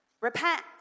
repent